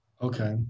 Okay